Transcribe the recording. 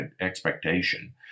expectation